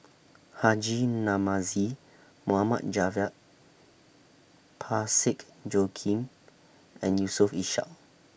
Haji Namazie Mohamed Javad Parsick Joaquim and Yusof Ishak